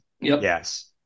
Yes